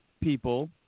people